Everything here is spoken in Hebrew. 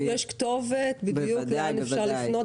יש כתובת בדיוק לאן אפשר לפנות?